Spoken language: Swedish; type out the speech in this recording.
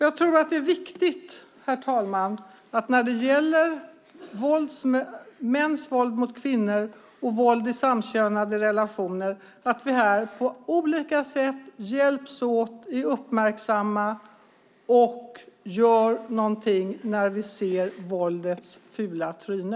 Det är viktigt, herr talman, när det gäller mäns våld mot kvinnor och våld i samkönade relationer att vi på olika sätt hjälps åt, är uppmärksamma och gör något när vi ser våldets fula tryne.